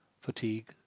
fatigue